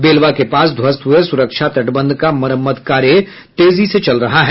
बेलवा के पास ध्वस्त हुए सुरक्षा तटबंध का मरम्मत कार्य तेजी से चल रहा है